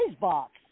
box